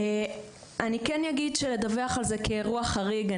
אני כן אגיד שלדווח על זה כאירוע חריג,